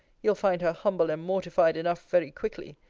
you'll find her humble and mortified enough very quickly.